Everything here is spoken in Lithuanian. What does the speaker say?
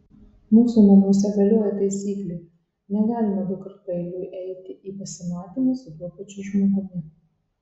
mūsų namuose galioja taisyklė negalima dukart paeiliui eiti į pasimatymą su tuo pačiu žmogumi